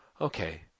okay